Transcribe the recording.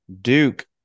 Duke